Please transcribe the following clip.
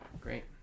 Great